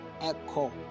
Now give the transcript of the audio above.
Echo